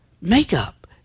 makeup